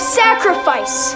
sacrifice